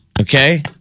Okay